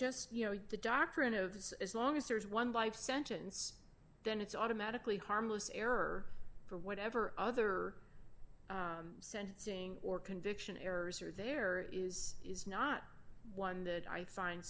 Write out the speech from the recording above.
just you know the doctrine of as long as there is one by sentence then it's automatically harmless error for whatever other sentencing or conviction errors are there is is not one that i find